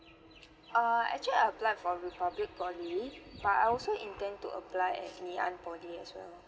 uh actually I applied for republic poly but I also intend to apply at nanyang poly as well